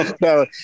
no